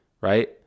right